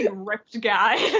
ah ripped guy.